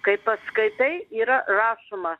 kai paskaitai yra rašoma